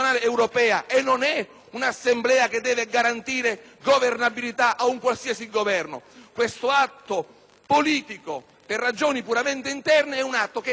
un'assemblea che deve garantire governabilità ad un qualsiasi governo. Questo atto politico per ragioni puramente interne restringe fortemente - e non dico